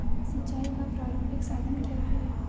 सिंचाई का प्रारंभिक साधन क्या है?